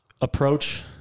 approach